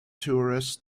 tourists